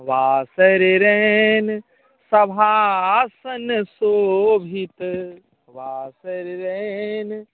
वासर रैन शवासन शोभित वासर रैन